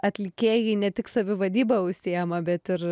atlikėjai ne tik savivadyba užsiima bet ir